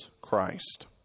Christ